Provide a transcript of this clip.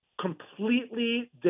completely